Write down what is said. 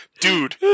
dude